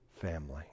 family